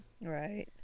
Right